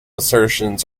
assertions